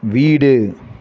வீடு